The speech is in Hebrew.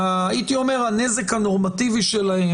שהייתי אומר שהנזק הנורמטיבי שלהן,